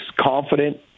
confident